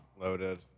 loaded